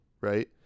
right